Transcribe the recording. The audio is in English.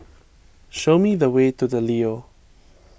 show me the way to the Leo